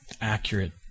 accurate